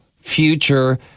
Future